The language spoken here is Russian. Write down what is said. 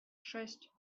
шесть